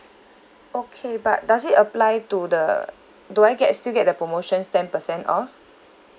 okay but does it apply to the do I get still get the promotions ten percent off